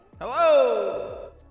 Hello